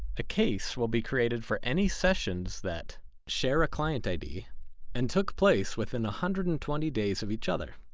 a case will be created for any sessions that share a client id and took place within one hundred and twenty days of each other,